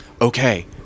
Okay